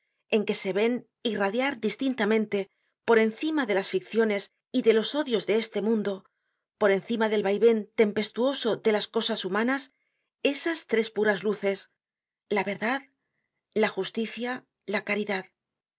en que se ven irradiar distintamente por encima de las ficciones y de los odios de este mundo por encima del vaiven tempestuoso de las cosas humanas esas tres puras luces la verdad la justicia la caridad aun